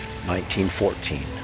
1914